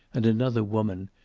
and another woman,